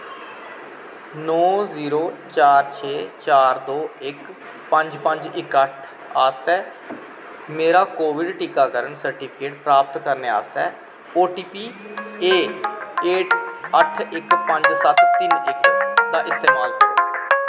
नौ zero चार छे चार दो इक पंज पंज इक अट्ठ आस्तै मेरा कोविड टीकाकरण सर्टिफिकेट प्राप्त करने आस्तै ओ टी पी ऐ अट्ठ इक पंज सत्त तिन्न इक दा इस्तमाल करो